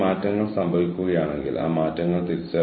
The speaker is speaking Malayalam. നമ്മൾ നേരത്തെ അതിനെക്കുറിച്ച് സംസാരിച്ചു